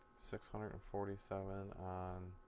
six hundred and forty seven on